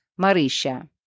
Marisha